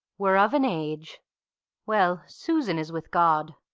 were of an age well, susan is with god